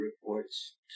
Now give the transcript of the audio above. reports